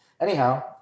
Anyhow